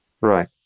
Right